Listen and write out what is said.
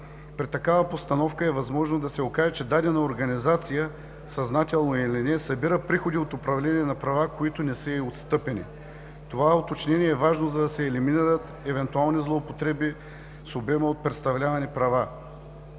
При такава постановка е възможно да се окаже, че дадена организация, съзнателно или не, събира приходи от управление на права, които не са ѝ отстъпени. Това уточнение е важно, за да се елиминират евентуални злоупотреби с обема от представлявани права.